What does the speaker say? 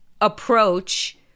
approach